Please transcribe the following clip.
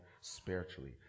spiritually